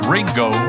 Ringo